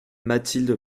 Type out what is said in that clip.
mathilde